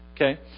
Okay